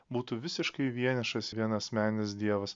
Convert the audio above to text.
būtų visiškai vienišas vienasmenis dievas